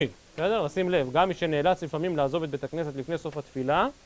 בסדר, שים לב, גם מי שנאלץ לפעמים לעזוב את בית הכנסת לפני סוף התפילה